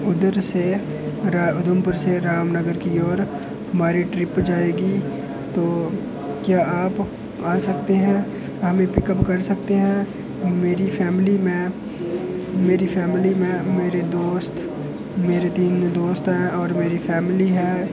और उधमपुर से रामनगर की ओर पजाएगी तो क्या आप आ सकते है आप लीव अप्प कर सकते हैं मेरी फैमिली में मेरी फैमिली में मेरे दोस्त मेरे तीन दोस्त है और मेरी फैमिली है